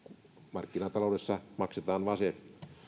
markkinataloudessa maksetaan vain se